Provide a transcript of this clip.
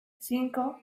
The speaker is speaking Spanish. cinco